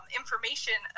information